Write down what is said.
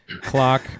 clock